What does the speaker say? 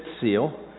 seal